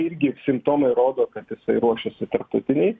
irgi simptomai rodo kad jisai ruošiasi tarptautinei